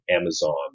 amazon